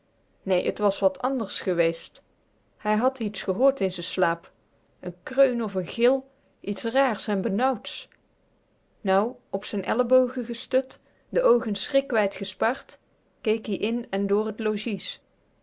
nee t was wat anders geweest hij had iets gehoord in z'n slaap n kreun of n gil iets raars en benauwds nou op z'n ellebogen gestut de oogen schrik wijd gespard keek ie in en door t logies